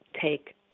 take